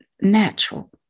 natural